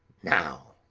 now!